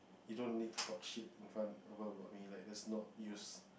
you don't need to talk shit in front over about me like let's not use